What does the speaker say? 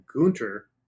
Gunter